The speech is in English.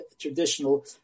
traditional